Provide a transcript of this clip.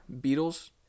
Beatles